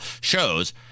shows